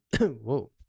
whoa